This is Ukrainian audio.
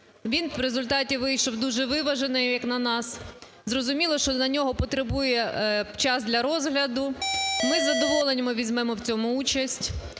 Він в результаті вийшов дуже виважений, як на нас. Зрозуміло, що до нього потребує час для розгляду. Ми з задоволенням візьмемо в цьому участь.